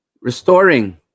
restoring